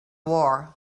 war